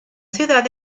ciudad